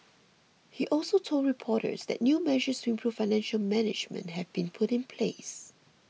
he also told reporters that new measures to improve financial management have been put in place